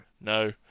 No